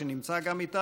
שגם נמצא איתנו,